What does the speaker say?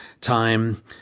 time